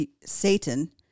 Satan